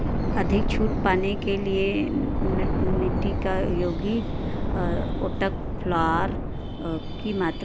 अधिक छूट पाने के लिए नट्टी का योगी ओट्क फ्लॉर की मात्रा